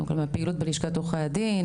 מהפעילות בלשכת עורכי הדין,